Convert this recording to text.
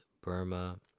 Burma